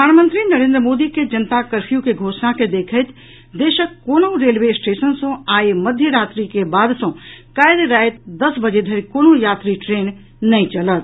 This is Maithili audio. प्रधानमंत्री नरेन्द्र मोदी के जनता कर्फयू के घोषणा के देखैत देशक कोनहूँ रेलवे स्टेशन सँ आई मध्य रात्रि के बाद सँ काल्हि राति दस बजे धरि कोनहुं यात्री ट्रेन नहि चलत